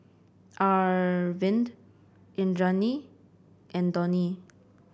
Arvind Indranee and Dhoni